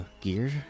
gear